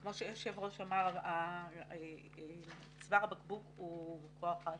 כמו שהיושב-ראש אמר, צוואר הבקבוק הוא כוח האדם,